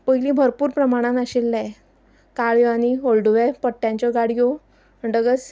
पयलीं भरपूर प्रमाणान आशिल्ले काळ्यो आनी हळडुव्या पट्ट्यांच्यो गाडयो म्हणटकच